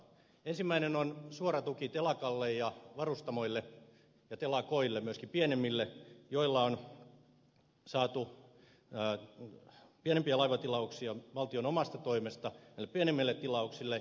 ensimmäinen on suora tuki varustamoille ja telakoille myöskin pienemmille joilla on saatu pienempiä laivatilauksia valtion omasta toimesta näille pienemmille tilauksille